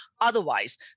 otherwise